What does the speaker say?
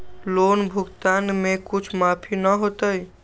Loan भुगतान में कुछ माफी न होतई?